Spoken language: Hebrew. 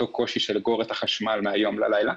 אותו קושי לאגור את החשמל מהיום ללילה.